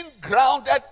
grounded